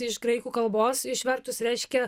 iš graikų kalbos išvertus reiškia